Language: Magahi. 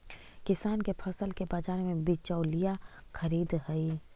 किसान के फसल के बाजार में बिचौलिया खरीदऽ हइ